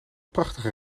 prachtige